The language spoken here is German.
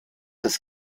des